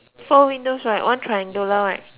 one triangular right